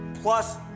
Plus